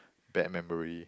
bad memory